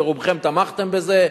ורובכם תמכתם בזה.